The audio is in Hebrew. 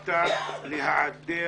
בחרת להיעדר